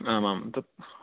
आम् आम्